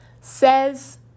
says